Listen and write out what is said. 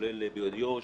כולל באיו"ש,